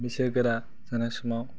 बैसोगोरा जानाय समाव